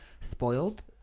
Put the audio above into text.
spoiled